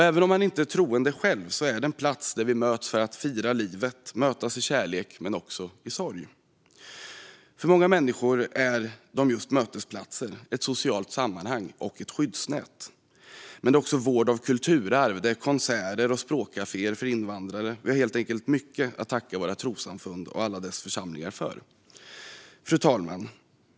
Även om man inte är troende själv är det en plats där vi möts för att fira livet och mötas i kärlek men också i sorg. För många människor är trossamfunden just mötesplatser, ett socialt sammanhang och ett skyddsnät. Det är också vård av kulturarv, konserter och språkkaféer för invandrare. Vi har helt enkelt mycket att tacka våra trossamfund och alla deras församlingar för. Fru talman!